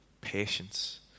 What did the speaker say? patience